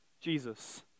Jesus